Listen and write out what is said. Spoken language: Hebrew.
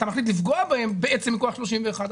אתה מחליט לפגוע בהם בעצם מכוח סעיף 31,